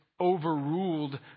overruled